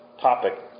topic